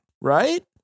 right